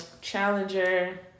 challenger